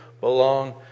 belong